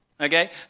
Okay